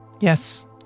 Yes